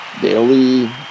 daily